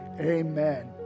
amen